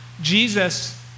Jesus